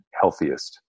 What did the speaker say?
healthiest